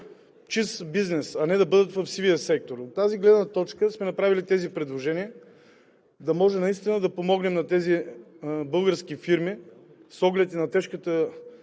чист бизнес, а не в сивия сектор. От тази гледна точка сме направили тези предложения, за да може наистина да помогнем на тези български фирми с оглед и на тежката